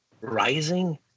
Rising